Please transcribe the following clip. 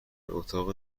اتاق